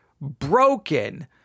broken